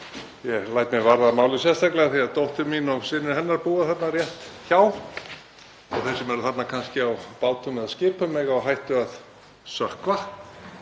Ég læt mig málið sérstaklega varða því að dóttir mín og synir hennar búa þarna rétt hjá. Og þeir sem eru þarna kannski á bátum eða skipum eiga það á hættu að sökkva